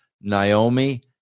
Naomi